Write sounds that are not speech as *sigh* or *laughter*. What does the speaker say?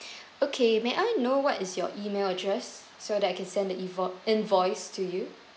*breath* okay may I know what is your email address so that I can send the invoi~ invoice to you